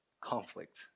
conflict